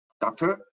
doctor